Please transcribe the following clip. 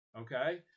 okay